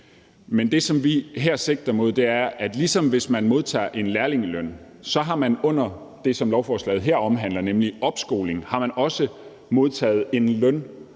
Men det, som vi her sigter mod, er, at ligesom hvis man modtager en lærlingeløn, har man under det, som lovforslaget her omhandler, nemlig opskoling, også modtaget en